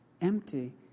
empty